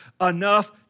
enough